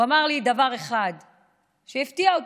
הוא אמר לי דבר אחד שהפתיע אותי: